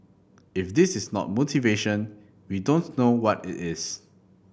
if this is not motivation we don't know what it is